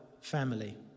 family